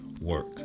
work